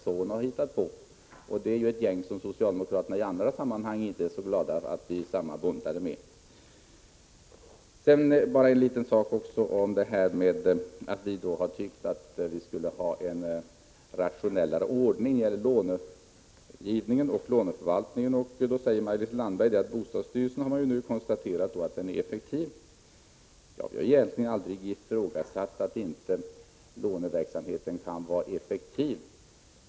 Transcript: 1985/86:119 Det är ett gäng som socialdemokraterna i andra sammanhang inte är så glada 17 april 1986 åt att bli sammanbuntade med. mo oo se cc 0 Vi har föreslagit en mer rationell ordning då det gäller långivningen och låneförvaltningen. Maj-Lis Landberg sade med anledning av detta förslag att bostadsstyrelsen har konstaterat att den nuvarande låneförvaltningen är effektiv. Vi har egentligen aldrig ifrågasatt låneverksamhetens effektivitet.